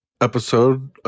episode